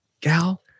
gal